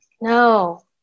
No